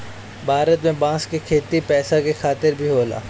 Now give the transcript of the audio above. भारत में बांस क खेती पैसा के खातिर भी होला